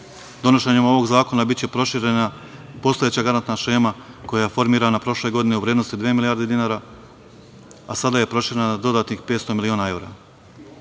pomoći. Donošenjem ovog zakona biće proširena postojeća garantna šema koja je formirana prošle godine u vrednosti od dve milijarde dinara, a sada je proširena na dodatnih 500 miliona evra.